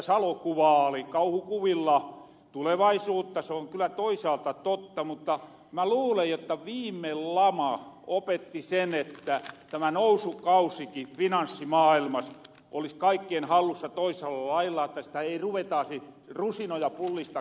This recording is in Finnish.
salo kuvaali kauhukuvilla tulevaisuutta on kyllä toisaalta totta mutta mä luulen jotta viime lama opetti sen että tämä nousukausikin finanssimaailmas olisi kaikkien hallussa toisella lailla että ei ruvettaasi rusinoja pullista keräämään